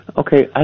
Okay